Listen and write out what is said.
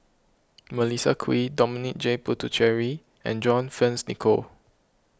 Melissa Kwee Dominic J Puthucheary and John Fearns Nicoll